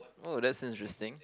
oh that's interesting